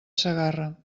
segarra